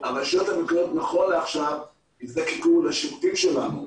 הרשויות המקומיות נכון לעכשיו יזדקקו לשירותים שלנו.